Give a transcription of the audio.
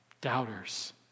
doubters